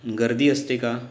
गर्दी असते का